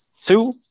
Two